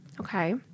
okay